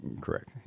Correct